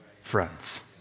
Friends